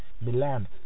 Milan